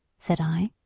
said i.